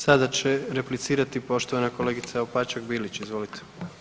Sada će replicirati poštovana kolegica Opačak Bilić, izvolite.